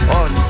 on